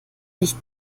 nicht